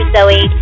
Zoe